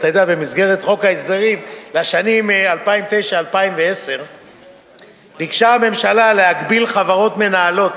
במסגרת חוק ההסדרים לשנים 2009 ו-2010 ביקשה הממשלה להגביל חברות מנהלות